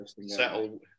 settle